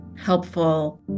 helpful